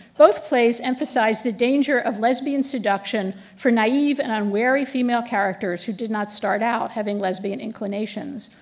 both plays emphasize the danger of lesbian seduction for naive and unweary female characters who did not start out having lesbian inclination.